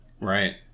Right